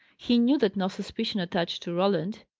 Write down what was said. he knew that no suspicion attached to roland.